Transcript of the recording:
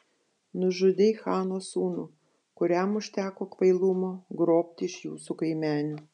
nužudei chano sūnų kuriam užteko kvailumo grobti iš jūsų kaimenių